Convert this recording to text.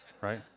Right